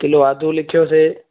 kilo आदू लिखियोसीं